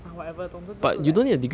ah whatever 懂知都是 like